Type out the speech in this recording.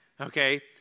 okay